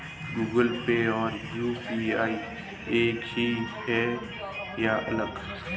Google Pay और UPI एक ही है या अलग?